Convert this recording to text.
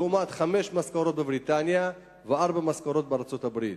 לעומת חמש משכורות בבריטניה וארבע משכורות בארצות-הברית.